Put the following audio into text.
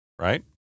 right